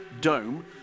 Dome